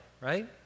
right